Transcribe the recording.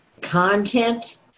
Content